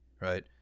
right